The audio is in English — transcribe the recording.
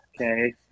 Okay